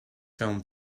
film